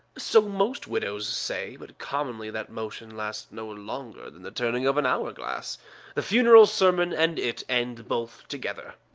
so most widows say but commonly that motion lasts no longer than the turning of an hour-glass the funeral sermon and it end both together.